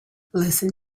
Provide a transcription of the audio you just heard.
listen